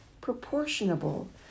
proportionable